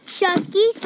Chucky